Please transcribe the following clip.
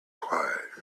quiet